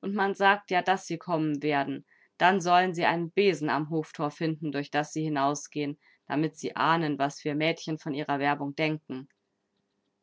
und man sagt ja daß sie kommen werden dann sollen sie einen besen am hoftor finden durch das sie hinausgehen damit sie ahnen was wir mädchen von ihrer werbung denken